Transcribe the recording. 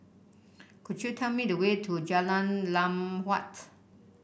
could you tell me the way to Jalan Lam Huat